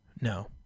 No